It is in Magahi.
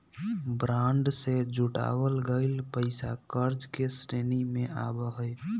बांड से जुटावल गइल पैसा कर्ज के श्रेणी में आवा हई